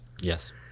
yes